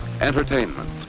entertainment